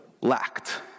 lacked